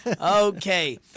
Okay